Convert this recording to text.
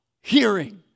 hearing